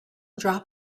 dropped